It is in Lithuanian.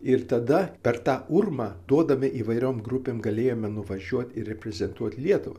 ir tada per tą urmą duodami įvairiom grupėm galėjome nuvažiuot ir reprezentuot lietuvą